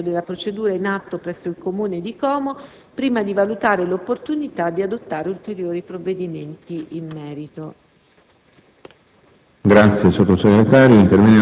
si ritiene indispensabile attendere l'esito della procedura in atto presso il Comune di Como prima di valutare l'opportunità di adottare ulteriori provvedimenti in merito.